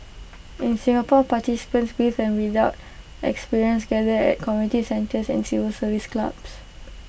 in Singapore participants with and without experience gathered at community centres and civil service clubs